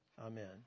Amen